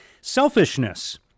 selfishness